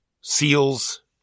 Seals